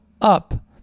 up